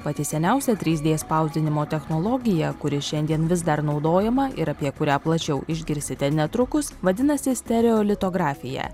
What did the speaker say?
pati seniausia trys d spausdinimo technologija kuri šiandien vis dar naudojama ir apie kurią plačiau išgirsite netrukus vadinasi stereolitografija